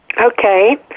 Okay